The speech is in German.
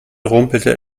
rumpelte